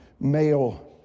male